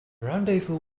rendezvous